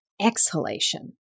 exhalation